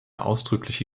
ausdrückliche